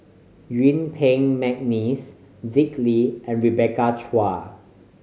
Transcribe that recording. Yuen Peng McNeice Dick Lee and Rebecca Chua